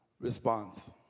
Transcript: response